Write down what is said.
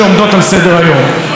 ואנחנו לא פותרים את הסוגיות,